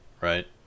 right